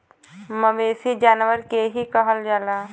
मवेसी जानवर के ही कहल जाला